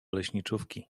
leśniczówki